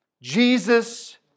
Jesus